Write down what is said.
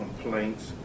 complaints